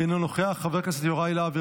אינו נוכח, חבר הכנסת אבי מעוז,